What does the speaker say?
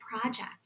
project